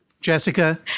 Jessica